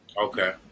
okay